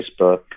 Facebook